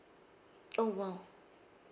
oh !wow!